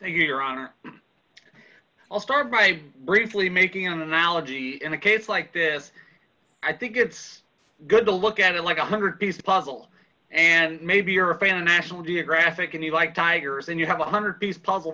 to your honor i'll start by briefly making an analogy in a case like this i think it's good to look at it like a one hundred piece puzzle and maybe you're a fan a national geographic and you like tigers and you have a one hundred piece puzzle